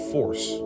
Force